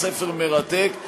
ספר מרתק,